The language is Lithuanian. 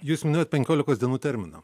jūs minėjot penkiolikos dienų termino